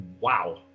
wow